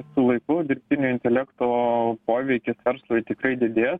su laiku dirbtinio intelekto poveikis verslui tikrai didės